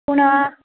पूण